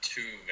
two